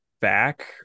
back